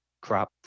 crop